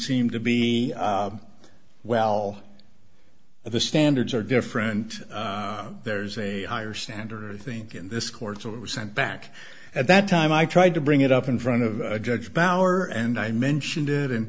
seemed to be well the standards are different there's a higher standard i think in this court's order was sent back at that time i tried to bring it up in front of a judge bauer and i mentioned it and